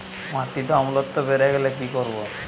মাটিতে অম্লত্ব বেড়েগেলে কি করব?